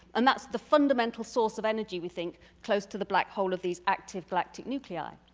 and that's the fundamental source of energy we think close to the black hole of these active galactic nuclei.